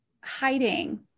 hiding